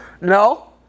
no